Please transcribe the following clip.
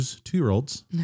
two-year-olds